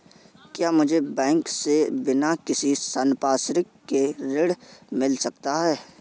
क्या मुझे बैंक से बिना किसी संपार्श्विक के ऋण मिल सकता है?